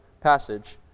passage